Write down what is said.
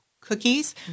cookies